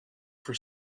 for